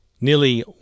Nearly